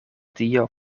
dio